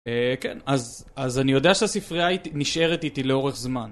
כן, אז אני יודע שהספרייה נשארת איתי לאורך זמן.